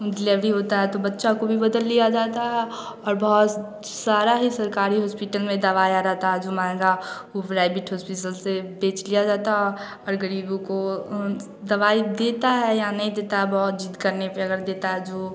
delivery होता है तो बच्चा को भी बदल लिया जाता है और बहुत सारा ही सरकारी हॉस्पिटल में दवाइयाँ रहती जो महँगा वह प्राइविट हॉस्पिसल बेच लिया जाता और गरीबों को दवाई देता है या नहीं देता बहुत ज़िद्द करने पर अगर देता है जो